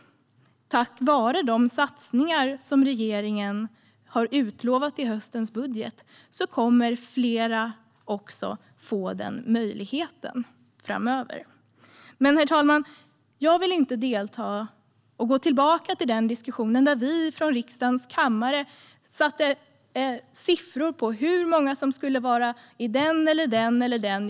Tack vare de satsningar som regeringen har utlovat i höstens budget kommer fler också att få den möjligheten framöver. Herr talman! Jag vill inte gå tillbaka till eller delta i den diskussion som fördes i riksdagens kammare då vi satte siffror på hur många som skulle finnas i de olika yrkeskategorierna inom polisen.